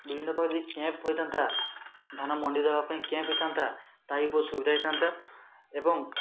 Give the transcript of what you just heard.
ବିଭିନ୍ନ ପ୍ରକାର ଯଦି କ୍ୟାମ୍ପ୍ ହୋଇଥାଆନ୍ତା ଧାନ ମଣ୍ଡି ଦବା ପାଇଁ କ୍ୟାମ୍ପ୍ ହେଇଥାନ୍ତା ତାହା ବି ବହୁତ ସୁବିଧା ହେଇଥାଆନ୍ତା ଏବଂ